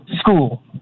school